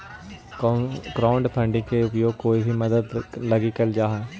crowdfunding के उपयोग कोई के मदद लगी कैल जा हई